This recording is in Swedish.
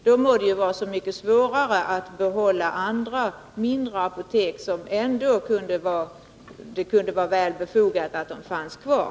Då torde det vara så mycket svårare att behålla andra, mindre apotek, som det i alla fall är befogat att ha kvar.